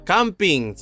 Camping